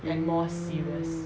mm